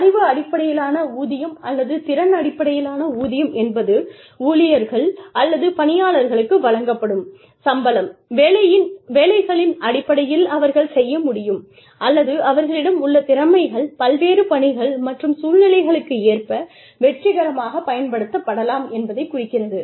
அறிவு அடிப்படையிலான ஊதியம் அல்லது திறன் அடிப்படையிலான ஊதியம் என்பது ஊழியர்கள் அல்லது பணியாளர்களுக்கு வழங்கப்படும் சம்பளம் வேலைகளின் அடிப்படையில் அவர்கள் செய்ய முடியும் அல்லது அவர்களிடம் உள்ள திறமைகள் பல்வேறு பணிகள் மற்றும் சூழ்நிலைகளுக்கு ஏற்ப வெற்றிகரமாகப் பயன்படுத்தப்படலாம் என்பதைக் குறிக்கிறது